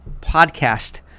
podcast